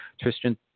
Tristan